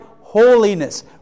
Holiness